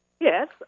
Yes